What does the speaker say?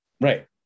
Right